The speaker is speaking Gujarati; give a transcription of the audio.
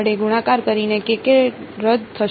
વડે ગુણાકાર કરીને k k રદ થશે